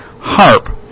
Harp